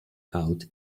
out